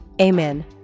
Amen